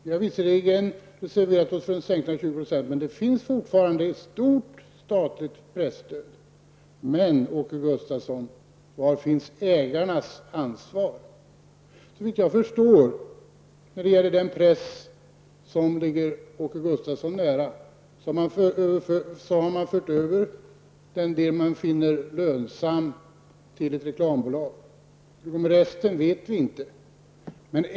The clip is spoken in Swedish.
Vi har visserligen reserverat oss för en sänkning med 20 % men det finns fortfarande ett stort statligt presstöd. Men var finns ägarnas ansvar, Åke Gustavsson? Såvitt jag förstår när det gäller den press som ligger Åke Gustavsson nära har man fört över den del man finner lönsam till ett reklambolag. Hur det går med resten vet vi inte.